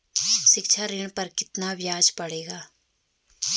शिक्षा ऋण पर कितना ब्याज पड़ेगा?